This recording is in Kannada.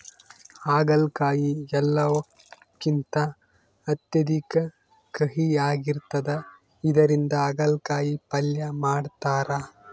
ಆಗಲಕಾಯಿ ಎಲ್ಲವುಕಿಂತ ಅತ್ಯಧಿಕ ಕಹಿಯಾಗಿರ್ತದ ಇದರಿಂದ ಅಗಲಕಾಯಿ ಪಲ್ಯ ಮಾಡತಾರ